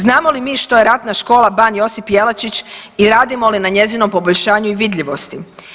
Znamo li mi što je Ratna škola Ban Josip Jelačić i radimo li na njezinom poboljšanju i vidljivosti?